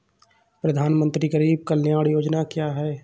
प्रधानमंत्री गरीब कल्याण योजना क्या है?